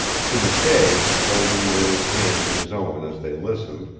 to mckay, holding nada's hand in his own as they listened,